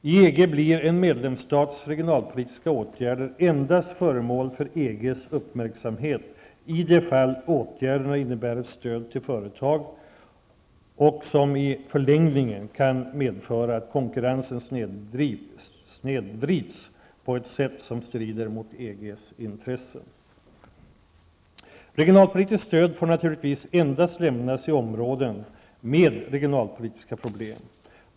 I EG blir en medlemsstats regionalpolitiska åtgärder endast föremål för EGs uppmärksamhet i de fall åtgärderna innebär stöd till företag som i förlängningen kan medföra att konkurrensen snedvrids på ett sätt som strider mot EGs intresse. Regionalpolitiskt stöd får naturligtvis endast lämnas i områden med regionalpolitiska problem.